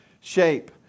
shape